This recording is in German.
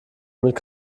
mit